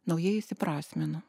naujai įsiprasmino